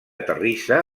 terrissa